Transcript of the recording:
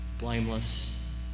blameless